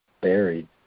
buried